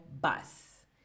bus